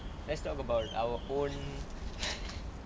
let's talk about our own